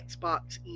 Xbox